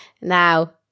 now